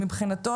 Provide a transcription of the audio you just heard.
מבחינתו